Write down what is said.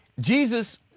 Jesus